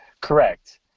Correct